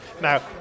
Now